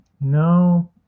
No